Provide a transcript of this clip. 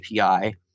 API